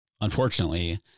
unfortunately